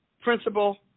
principal